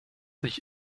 sich